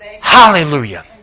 Hallelujah